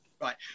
Right